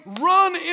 Run